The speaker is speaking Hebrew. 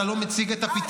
אתה לא מציג את הפתרון.